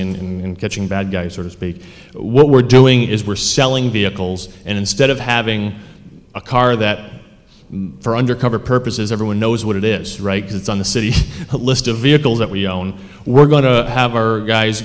in catching bad guys sort of speak what we're doing is we're selling vehicles and instead of having a car that for undercover purposes everyone knows what it is right because it's on the city list of vehicles that we own we're going to have our guys